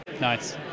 Nice